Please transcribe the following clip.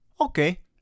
Okay